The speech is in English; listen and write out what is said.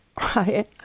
Right